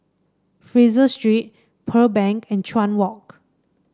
Fraser Street Pearl Bank and Chuan Walk